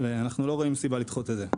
אנחנו לא רואים סיבה לדחות את זה.